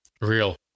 Real